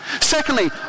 secondly